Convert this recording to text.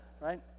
right